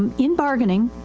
um in bargaining